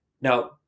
Now